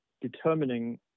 determining